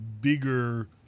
bigger